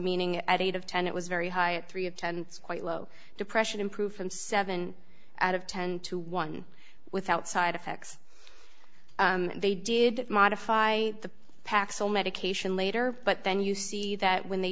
meaning at eight of ten it was very high at three of ten and quite low depression improved from seven out of ten to one without side effects they did modify the paxil medication later but then you see that when they